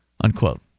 unquote